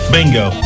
Bingo